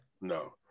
No